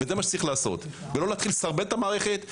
זה מה שצריך לעשות ולא להתחיל לסרבל את המערכת,